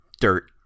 dirt